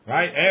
Right